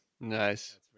Nice